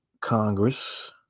Congress